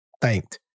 thanked